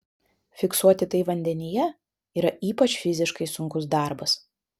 fiksuoti tai vandenyje yra ypač fiziškai sunkus darbas